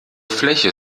fläche